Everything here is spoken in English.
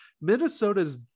Minnesota's